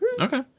Okay